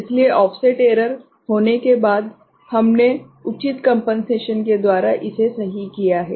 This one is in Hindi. इसलिए ऑफसेट एरर होने के बाद हमने उचित कंपेनसेशन के द्वारा इसे सही किया है